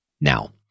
Now